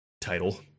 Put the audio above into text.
title